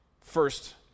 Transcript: first